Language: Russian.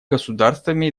государствами